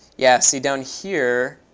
yeah, see, down here,